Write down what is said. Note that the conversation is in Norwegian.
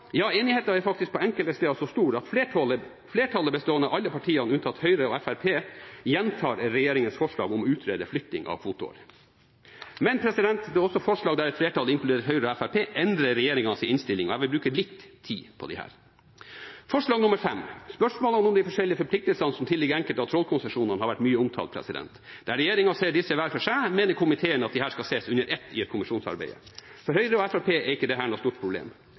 Ja, enigheten er faktisk på enkelte steder så stor at flertallet, bestående av alle partiene unntatt Høyre og Fremskrittspartiet, gjentar regjeringens forslag om å utrede flytting av kvoteår. Men det er også forslag der flertallet, inkludert Høyre og Fremskrittspartiet, endrer regjeringens innstilling, og jeg vil bruke litt tid på disse. Til V: Spørsmålene om de forskjellige forpliktelsene som tilligger enkelte av trålkonsesjonene, har vært mye omtalt. Der regjeringen ser disse hver for seg, mener komiteen at disse skal ses under ett i kommisjonsarbeidet. For Høyre og Fremskrittspartiet er ikke dette noe stort problem.